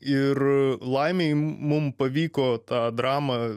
ir laimei mum pavyko tą dramą